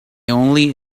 only